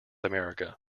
america